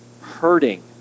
hurting